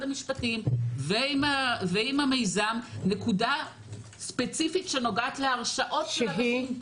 המשפטים ועם המיזם נקודה ספציפית שנוגעת להרשאות של אנשים.